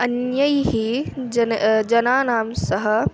अन्यैः जनैः जनानां सह